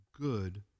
good